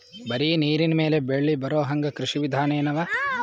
ಬರೀ ನೀರಿನ ಮೇಲೆ ಬೆಳಿ ಬರೊಹಂಗ ಕೃಷಿ ವಿಧಾನ ಎನವ?